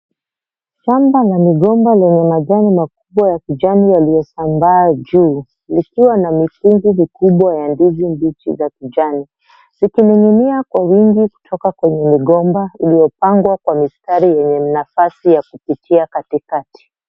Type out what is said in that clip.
Shamba la migomba lenye majani makubwa ya kijani yaliyosambaa juu likiwa na vifungu mikubwa ya ndizi mbichi za kijani zikining'inia kwa wingi kutoka kwenye migomba uliiyopandwa kwa mistari yenye nafasi ya kupitia katikati.